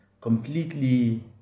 completely